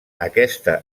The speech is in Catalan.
aquesta